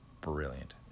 brilliant